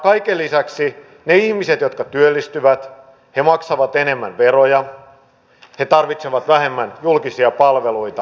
kaiken lisäksi ne ihmiset jotka työllistyvät maksavat enemmän veroja tarvitsevat vähemmän julkisia palveluita